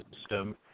system